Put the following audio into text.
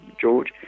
George